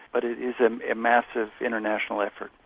but it is ah a massive international effort.